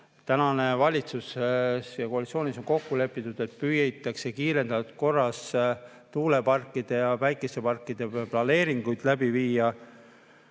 Praegune valitsuskoalitsioon on kokku leppinud, et püütakse kiirendatud korras tuuleparkide ja päikeseparkide planeeringuid läbi viia.